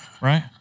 Right